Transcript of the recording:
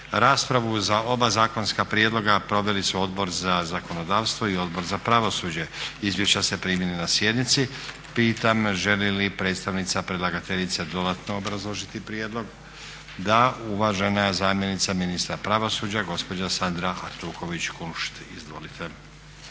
Raspravu za oba zakonska prijedloga proveli su Odbor za zakonodavstvo i Odbor za pravosuđe. Izvješća ste primili na sjednici. Pitam želi li predstavnica predlagateljice dodatno obrazložiti prijedlog? Da. Uvažena zamjenica ministra pravosuđa, gospođa Sandra Artuković Kunšt, izvolite.